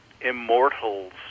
immortals